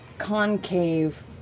Concave